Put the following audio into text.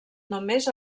només